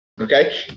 Okay